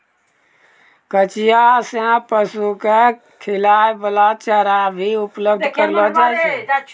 कचिया सें पशु क खिलाय वाला चारा भी उपलब्ध करलो जाय छै